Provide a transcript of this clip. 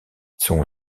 son